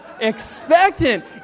expectant